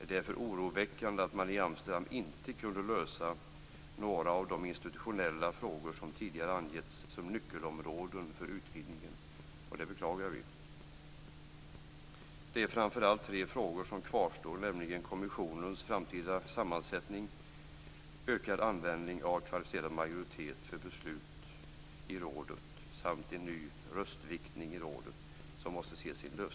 Det är därför oroväckande att man i Amsterdam inte kunde lösa några av de institutionella frågor som tidigare angivits som nyckelområden för utvidgningen. Det beklagar vi. Det är framför allt tre frågor som kvarstår och som måste se sin lösning, nämligen kommissionens framtida sammansättning, ökad användning av kvalificerad majoritet för beslut i rådet samt en ny röstviktning i rådet.